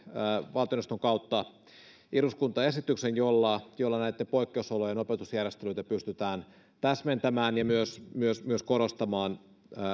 valtioneuvoston kautta eduskuntaan esityksen jolla poikkeusolojen opetusjärjestelyitä pystytään täsmentämään ja myös myös korostamaan